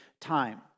time